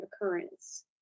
occurrence